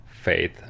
faith